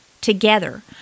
together